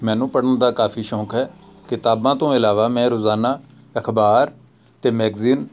ਮੈਨੂੰ ਪੜ੍ਹਨ ਦਾ ਕਾਫੀ ਸ਼ੌਂਕ ਹੈ ਕਿਤਾਬਾਂ ਤੋਂ ਇਲਾਵਾ ਮੈਂ ਰੋਜ਼ਾਨਾ ਅਖ਼ਬਾਰ ਅਤੇ ਮੈਗਜ਼ੀਨ